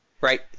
Right